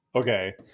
Okay